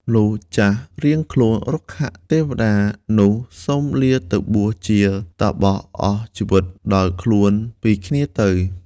លុះចាស់រៀងខ្លួន រុក្ខទេវតានោះសុំលាទៅបួសជាតាបសអស់ជីវិតដោយ ខ្លួនពីគ្នាទៅ ។